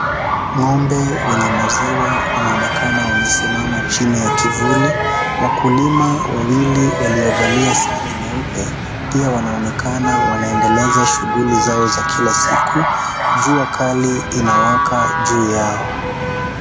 Ngombe wenye maziwa wanaonekana wamesimama chini ya kivuli . Wakulima wawili waliovalia sare nyeupe pia wanaonekana wanaendeleza shughuli zao za kila siku, jua kali inawaka juu yao.